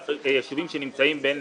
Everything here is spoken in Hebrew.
בישובים שנמצאים בין